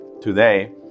today